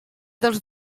dels